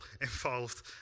involved